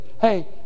Hey